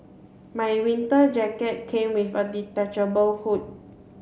my winter jacket came with a detachable hood